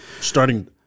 Starting